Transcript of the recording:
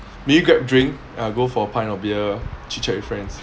maybe grab drink or go for a pint of beer chit chat with friends